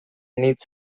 hitz